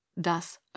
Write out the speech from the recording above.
Das